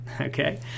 okay